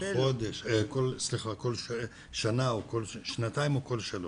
כל שנה, כל שנתיים או כל שלוש?